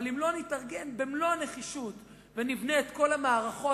אבל אם לא נתארגן במלוא הנחישות ונבנה את כל המערכות